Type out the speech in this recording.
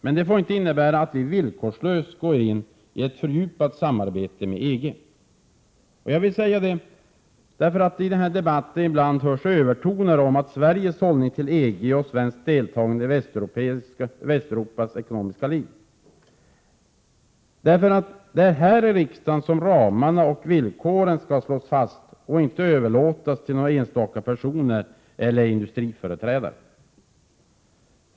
Men det får inte innebära att vi villkorslöst går in i ett fördjupat samarbete med EG. Jag vill säga detta, därför att det i debatten ibland hörs övertoner om Sveriges hållning till EG och svenskt deltagande i Västeuropas ekonomiska liv. Det är här i riksdagen som ramarna och villkoren skall slås fast; detta får inte överlåtas till några enstaka personer eller industriföreträdare.